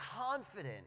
confident